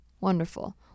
Wonderful